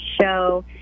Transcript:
show